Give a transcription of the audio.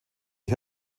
die